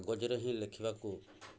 କାଗଜରେ ହିଁ ଲେଖିବାକୁ